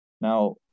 Now